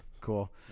Cool